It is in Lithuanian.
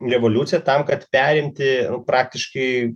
revoliucija tam kad perimti praktiškai